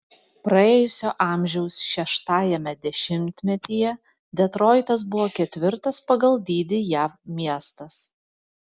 paėjusio amžiaus šeštajame dešimtmetyje detroitas buvo ketvirtas pagal dydį jav miestas